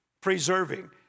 preserving